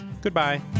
Goodbye